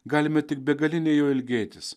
galime tik begaliniai jo ilgėtis